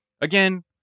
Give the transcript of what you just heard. Again